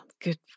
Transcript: good